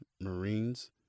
Marines